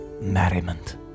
merriment